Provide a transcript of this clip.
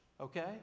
okay